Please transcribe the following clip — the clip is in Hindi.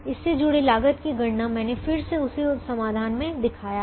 इससे जुड़ी लागत की गणना मैंने फिर से उसी समाधान में दिखाया है